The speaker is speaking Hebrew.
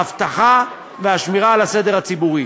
האבטחה והשמירה על הסדר הציבורי.